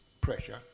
pressure